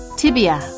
tibia